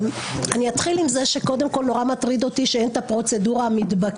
אני אתחיל קודם כול עם זה שנורא מטריד אותי שאין את הפרוצדורה המתבקשת.